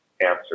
answer